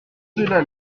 cela